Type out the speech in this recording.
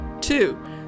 Two